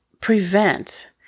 prevent